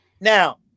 Now